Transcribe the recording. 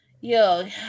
Yo